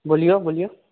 बोलियौ बोलियौ